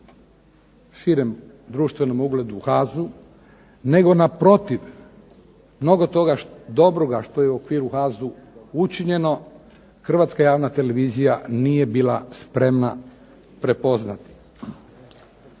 širem društvenom ugledu HAZU nego naprotiv mnogo toga dobroga što je u okviru HAZU učinjeno Hrvatska javna televizija nije bila spremna prepoznati.